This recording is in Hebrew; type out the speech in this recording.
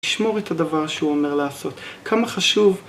לשמור את הדבר שהוא אומר לעשות. כמה חשוב...